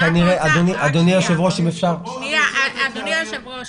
אדוני היושב ראש,